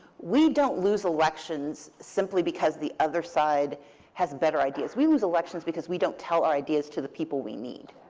we don't lose elections simply because the other side has better ideas. we lose elections because we don't tell our ideas to the people we need.